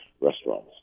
restaurants